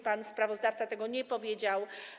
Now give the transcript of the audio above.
Pan sprawozdawca tego nie powiedział.